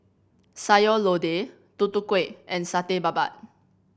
Sayur Lodeh Tutu Kueh and Satay Babat